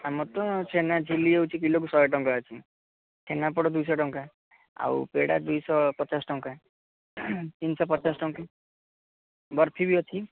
ଆମର ତ ଛେନାଝିଲ୍ଲୀ ହେଉଛି କିଲୋକୁ ଶହେ ଟଙ୍କା ଅଛି ଛେନାପୋଡ଼ ଦୁଇ ଶହ ଟଙ୍କା ଆଉ ପେଡ଼ା ଦୁଇ ଶହ ପଚାଶ ଟଙ୍କା ତିନିଶହ ପଚାଶ ଟଙ୍କା ବର୍ଫି ବି ଅଛି